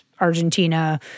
Argentina